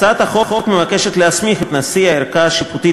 הצעת החוק מבקשת להסמיך את נשיא הערכאה השיפוטית